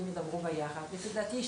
סביבות 30 דולר ליחידת חום,